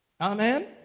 Amen